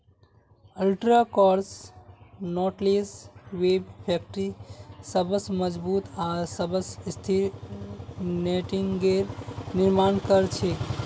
ultra cross knotless web factory सबस मजबूत आर सबस स्थिर नेटिंगेर निर्माण कर छेक